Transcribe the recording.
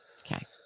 Okay